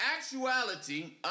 actuality